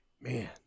man